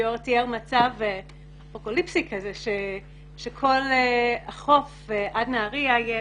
גיורא תיאר מצב אפוקליפסי כזה שכל החוף עד נהריה יהיה